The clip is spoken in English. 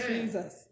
Jesus